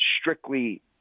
strictly